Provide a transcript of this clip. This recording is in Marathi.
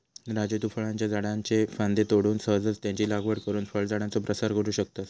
राजू तु फळांच्या झाडाच्ये फांद्ये तोडून सहजच त्यांची लागवड करुन फळझाडांचो प्रसार करू शकतस